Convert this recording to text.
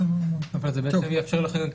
דובר: אבל זה כן יאפשר לכם,